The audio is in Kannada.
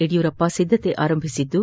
ಯಡಿಯೂರಪ್ಪ ಸಿದ್ಧತೆ ಆರಂಭಿಸಿದ್ದು